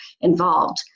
involved